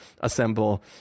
assemble